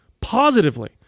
positively